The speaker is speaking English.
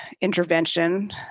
intervention